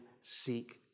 seek